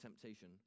temptation